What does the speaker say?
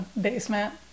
basement